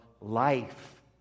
life